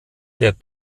der